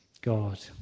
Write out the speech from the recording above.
God